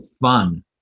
fun